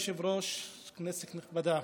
כבוד היושב-ראש, כנסת נכבדה,